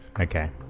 okay